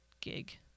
gig